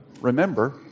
remember